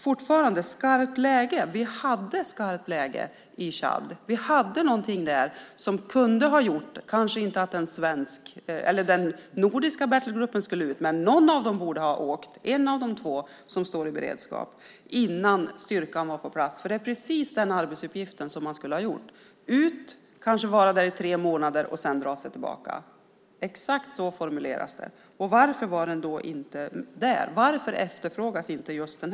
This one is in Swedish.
Fortfarande handlar det om skarpt läge. Vi hade skarpt läge i Tchad som kunde ha gjort att kanske inte Nordic Battlegroup skulle ut, men en av de två som står i beredskap borde ha åkt innan styrkan var på plats. Det är precis den arbetsuppgift som man skulle ha gjort. Det handlar om att resa ut och kanske vara där i tre månader och sedan dra sig tillbaka. Exakt så formuleras det. Varför var den inte där? Varför efterfrågas inte just den?